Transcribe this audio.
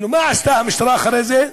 מה עשתה המשטרה אחרי זה?